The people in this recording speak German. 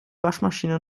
waschmaschine